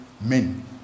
men